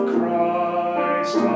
Christ